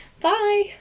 Bye